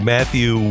Matthew